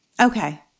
Okay